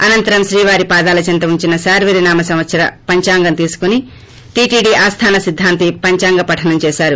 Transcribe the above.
అనంతరం శ్రీవారి పాదాల చెంత ఉంచిన శార్వరి నామ సంవత్సర పంచాంగం తీసుకుని టీటీడీ ఆస్థాన సిద్ధాంతి పంచాంగ పరణం చేశారు